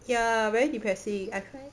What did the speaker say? ya very depressing I find